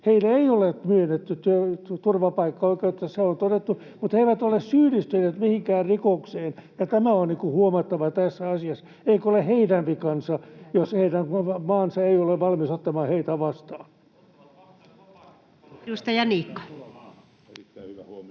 heille ei ole myönnetty turvapaikkaoikeutta, se on todettu, mutta he eivät ole syyllistyneet mihinkään rikokseen, ja tämä on huomattava tässä asiassa. Ei ole heidän vikansa, jos heidän oma maansa ei ole valmis ottamaan heitä vastaan. [Sebastian